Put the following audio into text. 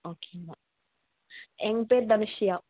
ஓகேங்க எங்கள் பேர் தனுஷியா